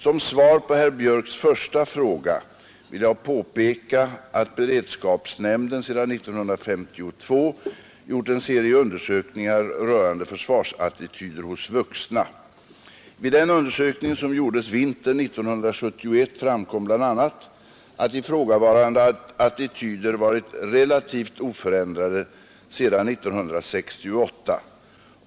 Som svar på herr Björcks första fråga vill jag påpeka att beredskapsnämnden sedan 1952 gjort en serie undersökningar rörande försvarsattityder hos vuxna. Vid den undersökning som gjordes vintern 1971 framkom bl.a. att ifrågavarande attityder varit relativt oförändrade sedan 1968.